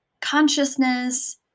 consciousness